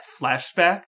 flashback